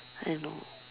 I know